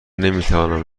نمیتوانم